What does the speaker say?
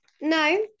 No